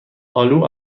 آلو